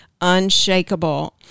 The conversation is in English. unshakable